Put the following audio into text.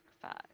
Five